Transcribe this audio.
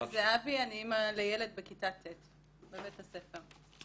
זהבי, אני אימא לילד בכיתה ט' בבית הספר.